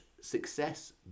success